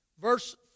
Verse